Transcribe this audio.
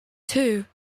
two